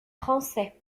français